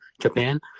Japan